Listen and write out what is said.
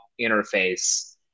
interface